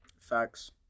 Facts